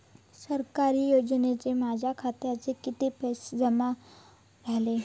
सरकारी योजनेचे माझ्या खात्यात किती पैसे जमा झाले?